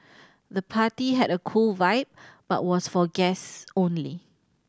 the party had a cool vibe but was for guests only